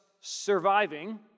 surviving